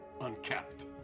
uncapped